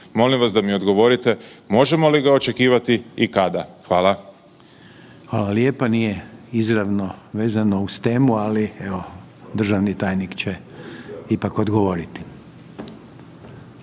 Molim vas da mi odgovorite, možemo li ga očekivati i kada? Hvala. **Reiner, Željko (HDZ)** Hvala lijepa. Nije izravno vezano uz temu, ali evo državni tajnik će ipak odgovoriti.